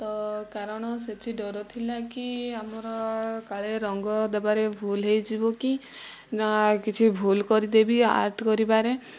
ତ କାରଣ ସେଠି ଡର ଥିଲା କି ଆମର କାଳେ ରଙ୍ଗ ଦେବାରେ ଭୁଲ ହୋଇଯିବ କି ନା ଆଉ କିଛି ଭୁଲ କରିଦେବି ଆର୍ଟ କରିବାରେ